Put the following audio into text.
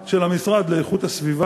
אדוני סגן השר,